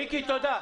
מיקי, תודה.